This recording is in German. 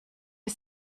wir